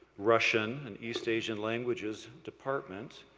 russian and east asian languages department,